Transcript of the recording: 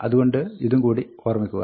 അതുകൊണ്ട് ഇതും കൂടി ഓർമ്മിക്കുക